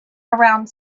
around